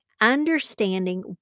understanding